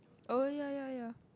oh ya ya ya